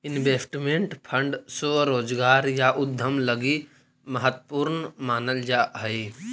investment fund स्वरोजगार या उद्यम लगी महत्वपूर्ण मानल जा हई